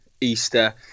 Easter